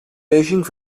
beijing